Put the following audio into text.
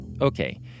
Okay